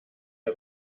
der